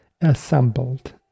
assembled